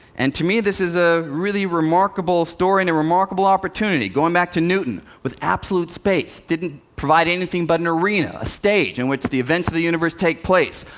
and to me this is a really remarkable story, and a remarkable opportunity. going back to newton with absolute space didn't provide anything but an arena, a stage in which the events of the universe take place.